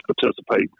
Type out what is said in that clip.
participate